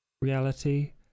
reality